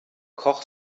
koch